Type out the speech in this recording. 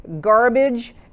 garbage